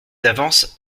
d’avance